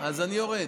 אז אני יורד.